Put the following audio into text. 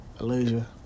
Elijah